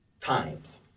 times